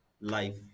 life